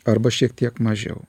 arba šiek tiek mažiau